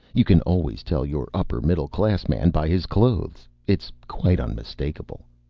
you can always tell your upper middle class man by his clothes. it's quite unmistakable.